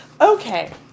Okay